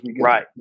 right